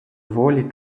волі